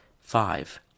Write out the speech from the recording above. Five